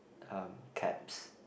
um cabs